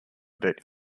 that